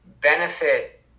benefit